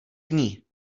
dní